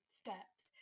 steps